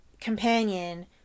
companion